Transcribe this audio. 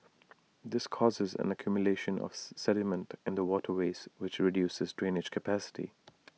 this causes an accumulation of sediment in the waterways which reduces drainage capacity